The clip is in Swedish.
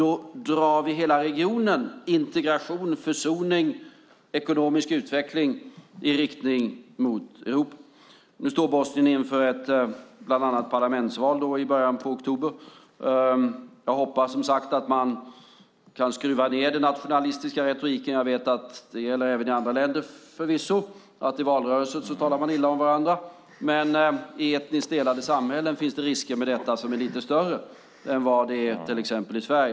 Då drar vi hela regionen - integration, försoning och ekonomisk utveckling - i riktning mot Europa. Nu står Bosnien inför bland annat ett parlamentsval i början av oktober. Jag hoppas som sagt att man kan skruva ned den nationalistiska retoriken. Det gäller förvisso även i andra länder att man talar illa om varandra i valrörelser, men i etniskt delade samhällen finns det risker med detta som är lite större än till exempel i Sverige.